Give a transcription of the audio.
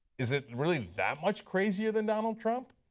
is it really that much crazier than donald trump?